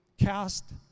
cast